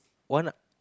one